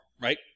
right